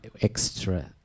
extra